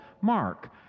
Mark